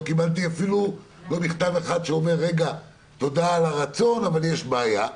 לא קבלתי אפילו מכתב אחד שאומר תודה על הרצון אבל יש בעיה.